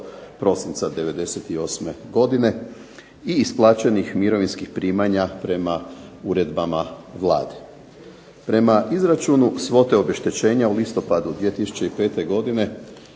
prosinca '98. godine i isplaćenih mirovinskih primanja prema uredbama Vlade. Prema izračunu svote obeštećenja u listopadu 2005. godine